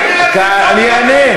אני אענה,